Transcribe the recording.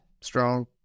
Strong